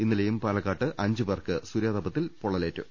ഇന്നലെയും പാലക്കാട് അഞ്ചുപേർക്ക് സൂര്യാതപത്താൽ പൊള്ളലേറ്റു